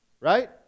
Right